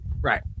Right